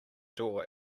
door